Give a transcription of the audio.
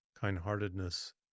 kindheartedness